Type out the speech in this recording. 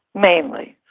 mainly